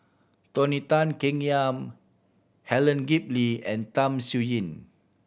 Tony Tan Keng Yam Helen Gilbey and Tham Sien Yen